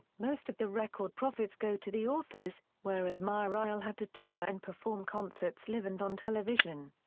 most of the record profits go to the authors, whereas mireille had to tour and perform concerts live and on television.